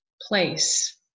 place